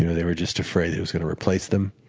you know they were just afraid it was going to replace them.